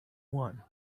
one